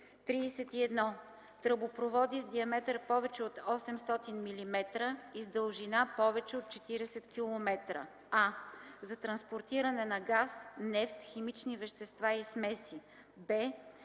31. Тръбопроводи с диаметър повече от 800 мм и с дължина повече от 40 км: а) за транспортиране на газ, нефт, химични вещества и смеси; б)